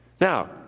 Now